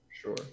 sure